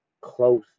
close